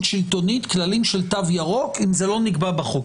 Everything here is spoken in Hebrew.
שלטונית כללים של תו ירוק אם זה לא נקבע בחוק.